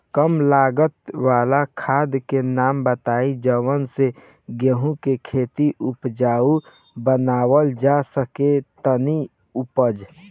कम लागत वाला खाद के नाम बताई जवना से गेहूं के खेती उपजाऊ बनावल जा सके ती उपजा?